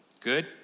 Good